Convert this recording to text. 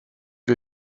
wir